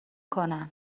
کنن